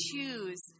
choose